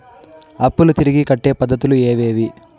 అప్పులు తిరిగి కట్టే పద్ధతులు ఏవేవి